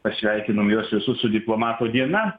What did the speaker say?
pasveikinom juos visus su diplomato diena